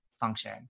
function